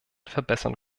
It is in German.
verbessern